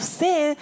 sin